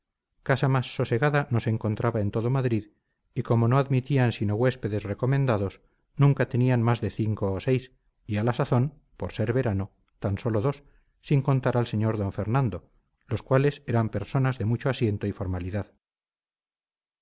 casa más sosegada no se encontraba en todo madrid y como no admitían sino huéspedes recomendados nunca tenían más de cinco o seis y a la sazón por ser verano tan sólo dos sin contar al sr d fernando los cuales eran personas de mucho asiento y formalidad